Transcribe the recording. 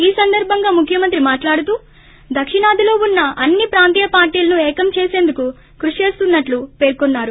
ఈ సందర్బంగా ముఖ్యమంత్రి మాట్లాడుతూ దక్షిణాదిలో ఉన్న అన్ని ప్రాంతీయ పార్టీలను ఏకం చేసందుకు కృషి చేస్తున్నట్లు పేర్కొన్నారు